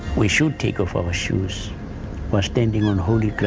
we should take off our shoes, we are standing on holy